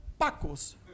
Pacos